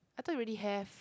I thought you already have